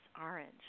orange